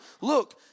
Look